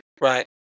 Right